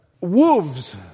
wolves